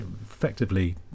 effectively